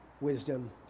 wisdom